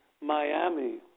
Miami